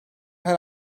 her